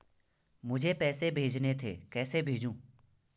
मुझे पैसे भेजने थे कैसे भेजूँ?